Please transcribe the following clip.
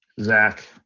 Zach